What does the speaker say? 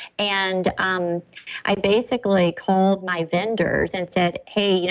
and um i basically called my vendors and said, hey, you know